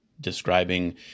describing